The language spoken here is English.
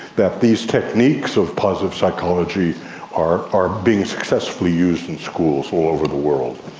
that these techniques of positive psychology are are being successfully used in schools all over the world.